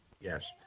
Yes